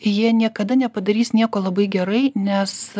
jie niekada nepadarys nieko labai gerai nes